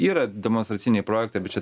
yra demonstraciniai projektai bet čia